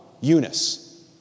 Eunice